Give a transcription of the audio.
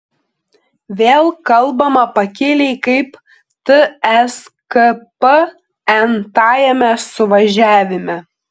vėl kalbama pakiliai kaip tskp n tajame suvažiavime